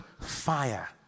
fire